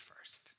first